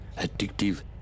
addictive